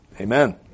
Amen